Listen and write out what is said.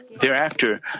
Thereafter